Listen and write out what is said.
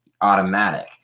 automatic